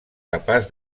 capaç